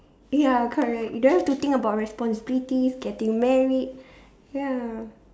ya correct you don't have to think about responsibilities getting married ya